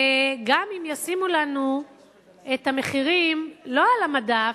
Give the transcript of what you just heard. וגם אם ישימו לנו את המחירים לא על המדף,